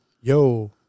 yo